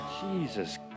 Jesus